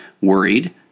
worried